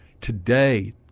Today